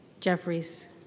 Jeffries